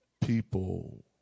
People